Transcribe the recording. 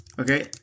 Okay